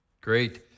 Great